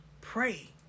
Pray